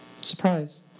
Surprise